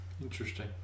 Interesting